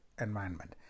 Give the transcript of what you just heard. environment